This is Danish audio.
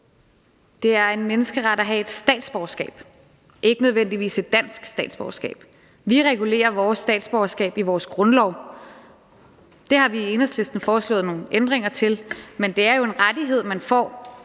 Det er en menneskeret at have et statsborgerskab, ikke nødvendigvis et dansk statsborgerskab. Vi regulerer vores statsborgerskab i vores grundlov. Det har vi i Enhedslisten foreslået nogle ændringer til, men det er jo en rettighed, man får